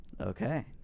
Okay